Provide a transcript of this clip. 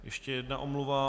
Ještě jedna omluva.